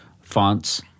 fonts